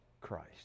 Christ